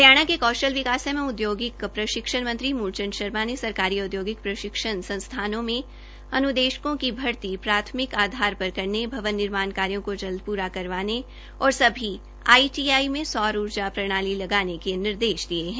हरियाणा के कौशल विकास एवं औद्योगिक प्रशिक्षण मंत्री मूलचंद शर्मा ने सरकारी औद्योगिक प्रशिक्षण संस्थानों में अनुदेशकों की भर्ती प्राथमिकता आधार पर करने भवन निर्माण कार्यों को जल्द पूरा करवाने और सभी आईटीआई में सौर ऊर्जा प्रणाली लगाने के निर्देश दिए हैं